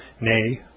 nay